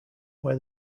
where